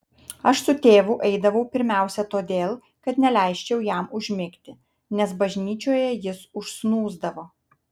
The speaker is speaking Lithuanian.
aš su tėvu eidavau pirmiausia todėl kad neleisčiau jam užmigti nes bažnyčioje jis užsnūsdavo